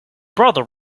brother